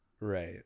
Right